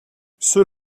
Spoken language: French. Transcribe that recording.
ceux